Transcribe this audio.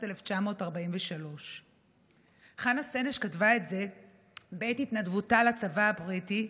1943. חנה סנש כתבה את זה בעת התנדבותה לצבא הבריטי,